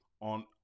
on